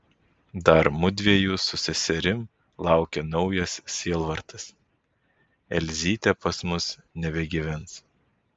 dar mudviejų su seserim laukia naujas sielvartas elzytė pas mus nebegyvens